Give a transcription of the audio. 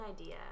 idea